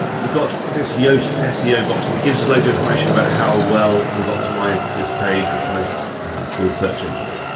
we've got this yoast seo box and it gives us loads of information about how well we've optimised this page or post for the search engines.